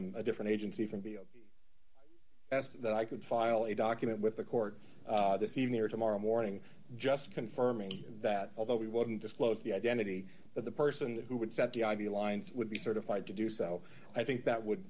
i'm a different agency from below as to that i could file a document with the court this evening or tomorrow morning just confirming that although we wouldn't disclose the identity of the person who would set the i v lines would be certified to do so i think that would